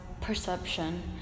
perception